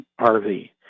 RV